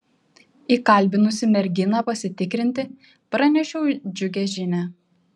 įkalbinusi merginą pasitikrinti pranešiau džiugią žinią